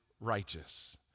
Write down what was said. righteous